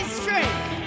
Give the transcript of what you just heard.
strength